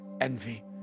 envy